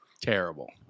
Terrible